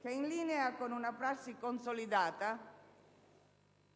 che, in linea con una prassi consolidata,